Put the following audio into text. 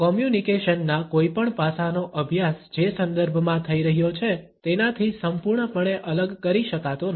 કોમ્યુનિકેશનના કોઈપણ પાસાનો અભ્યાસ જે સંદર્ભમાં થઈ રહ્યો છે તેનાથી સંપૂર્ણપણે અલગ કરી શકાતો નથી